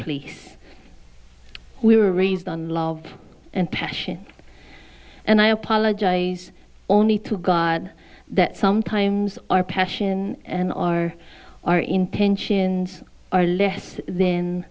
plea we were raised on love and passion and i apologize only to god that sometimes our passion and our our intentions are less th